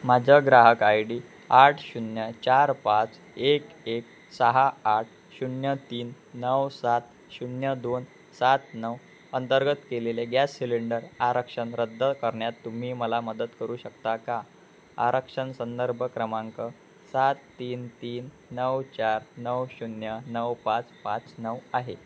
माझं ग्राहक ID आठ शून्य चार पाच एक एक सहा आठ शून्य तीन नऊ सात शून्य दोन सात नऊ अंतर्गत केलेले गॅस सिलेंडर आरक्षण रद्द करण्यात तुम्ही मला मदत करू शकता का आरक्षण संदर्भ क्रमांक सात तीन तीन नऊ चार नऊ शून्य नऊ पाच पाच नऊ आहे